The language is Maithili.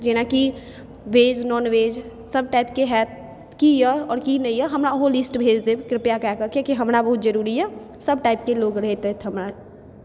जेनाकि वेज नॉनवेज सब टाइप के होएत की यऽ आओर की नहि यऽ हमरा ओहो लिस्ट भेज देब कृपया कऽ कऽ कियाकि हमरा बहुत जरुरी यऽ सब टाइप के लोग रहितथि हमरा